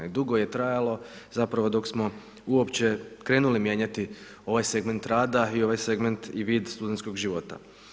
I dugo je trajalo zapravo dok smo uopće krenuli mijenjati ovaj segment rada i ovaj segment i vid studentskog života.